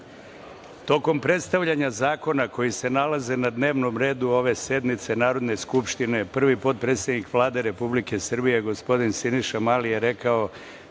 predstavljanja zakona koji se nalaze na dnevnom redu ove sednice Narodne skupštine, prvi potpredsednik Vlade Republike Srbije gospodin Siniša Mali je rekao